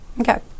Okay